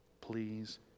Please